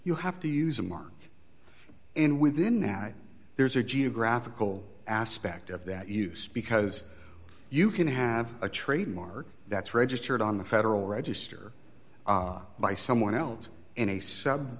you have to use a mark and within now there's a geographical aspect of that use because you can have a trademark that's registered on the federal register by someone else in a sub